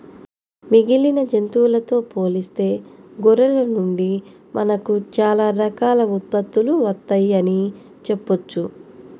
మిగిలిన జంతువులతో పోలిస్తే గొర్రెల నుండి మనకు చాలా రకాల ఉత్పత్తులు వత్తయ్యని చెప్పొచ్చు